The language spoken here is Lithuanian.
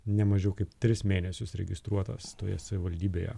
ne mažiau kaip tris mėnesius registruotas toje savivaldybėje